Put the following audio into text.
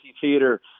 theater